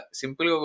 simple